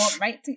right